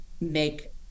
make